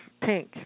pink